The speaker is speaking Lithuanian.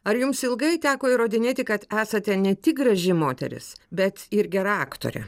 ar jums ilgai teko įrodinėti kad esate ne tik graži moteris bet ir gera aktorė